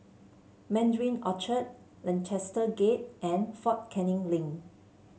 Mandarin Orchard Lancaster Gate and Fort Canning Link